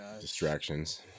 distractions